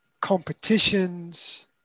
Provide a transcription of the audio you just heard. competitions